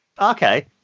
Okay